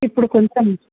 ఇప్పుడు కొంచెం